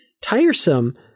tiresome